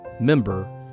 member